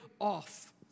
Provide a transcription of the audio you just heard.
off